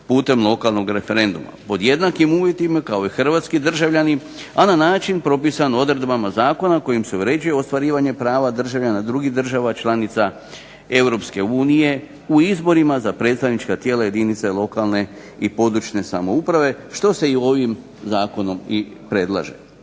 putem lokalnog referenduma pod jednakim uvjetima kao i Hrvatski državljani a na način propisan odredbama Zakona kojim se uređuje ostvarivanja prava državljana drugih država članica europske unije u izborima za predstavnička tijela jedinice lokalne i područne samouprave što se ovim Zakonom predlaže.